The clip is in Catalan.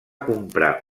comprar